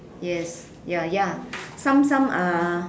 yes ya ya some some are